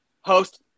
host